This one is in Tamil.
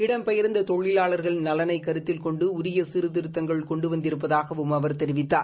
இடம்பெயர்ந்த தொழிலாளர்கள் நலனை கருத்தில் கொண்டு உரிய சீர்திருத்தங்கள் கொண்டு வந்திருப்பதாகவும் அவர் தெரிவித்தார்